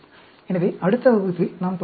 எனவே அடுத்த வகுப்பில் நாம் தொடருவோம்